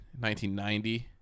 1990